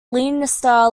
leinster